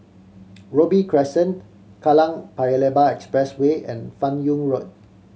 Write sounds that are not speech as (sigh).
(noise) Robey Crescent Kallang Paya Lebar Expressway and Fan Yoong Road